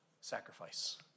sacrifice